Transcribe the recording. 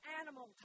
animal